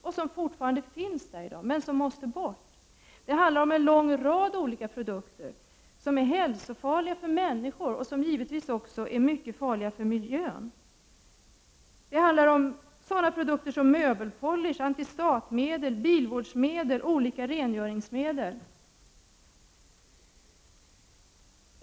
Dessa kemikalier måste bort. Det handlar om en lång rad produkter som är hälsofarliga för människor och som givetvis också är mycket farliga för miljön. Det är fråga om t.ex. möbelpolish, antistatmedel, bilvårdsmedel och olika rengöringsmedel.